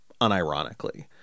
unironically